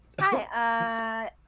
Hi